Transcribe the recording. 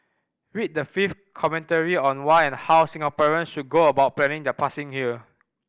read the fifth commentary on why and how Singaporeans should go about planning their passing here